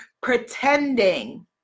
pretending